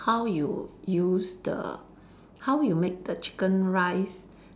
how you use the how you make the chicken rice